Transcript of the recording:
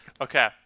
okay